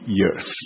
years